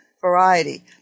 variety